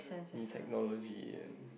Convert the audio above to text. new technology and